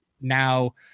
now